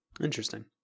interesting